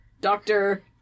doctor